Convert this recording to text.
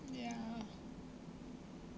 ya